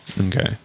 Okay